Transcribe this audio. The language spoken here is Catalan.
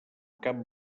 camp